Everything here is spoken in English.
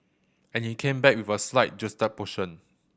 and he came back with a slight juxtaposition